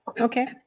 okay